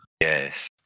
yes